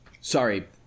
Sorry